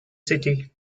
city